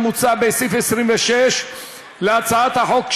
המוצע בסעיף 26 להצעת החוק,